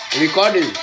recording